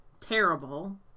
terrible